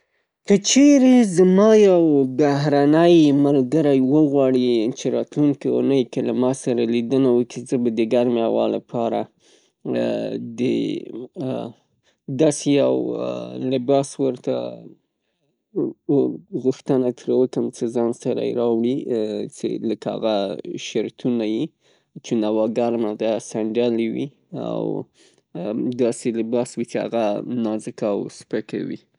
که چیرې زما یو بهرنی ملګری وغواړي چې راتلونکې اوونۍ کې له ما سره لیدنه وکي، زه به د ګرمې هوا له پاره د داسې یو لباس ورته غوښتنه ترې وکم چې ځان سره یې راوړي لکه هغه شرتونه چون هوا ګرمه ده، سندلې وي او داسې لباس وي چې هغه نازکه او سپکه وي.